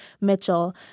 Mitchell